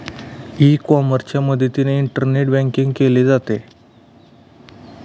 E कॉमर्सच्या मदतीने internet banking केले जाते